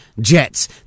Jets